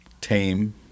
tame